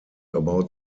about